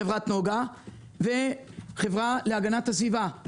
חברת נגה והחברה להגנת הסביבה.